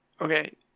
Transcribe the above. Okay